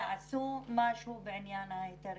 תעשו משהו בעניין ההיתרים,